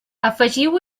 afegiu